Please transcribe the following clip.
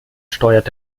steuert